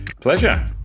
Pleasure